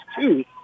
two